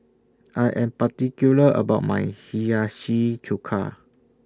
I Am particular about My Hiyashi Chuka